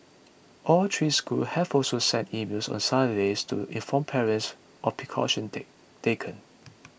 all three schools have also sent emails on Saturday to inform parents of precautions take taken